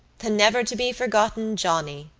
the never-to-be-forgotten johnny,